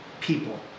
people